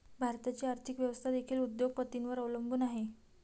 भारताची आर्थिक व्यवस्था देखील उद्योग पतींवर अवलंबून आहे